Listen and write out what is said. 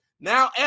Now